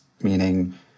meaning